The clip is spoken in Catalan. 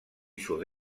sud